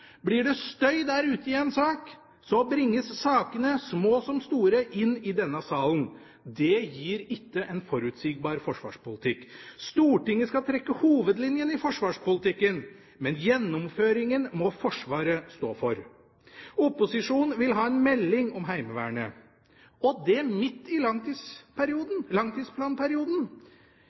Blir det støy der ute i en sak, bringes sakene, små som store, inn i denne salen. Det gir ikke en forutsigbar forsvarspolitikk. Stortinget skal trekke opp hovedlinjene i forsvarspolitikken, men gjennomføringen må Forsvaret stå for. Opposisjonen vil ha en melding om Heimevernet, og det midt i langtidsplanperioden.